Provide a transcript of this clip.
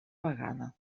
vegada